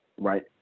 right